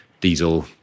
diesel